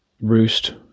roost